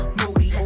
moody